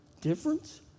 difference